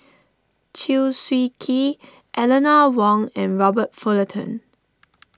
Chew Swee Kee Eleanor Wong and Robert Fullerton